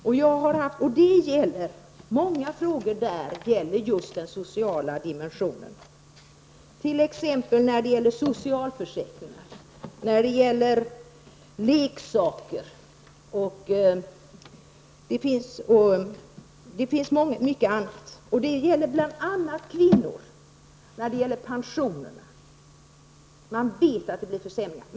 Många frågor i detta sammanhang gäller just den sociala dimensionen, t.ex. socialförsäkringar, leksaker, m.m. Det gäller bl.a. kvinnor, t.ex. deras pensioner, och vi vet att det kommer att bli försämringar.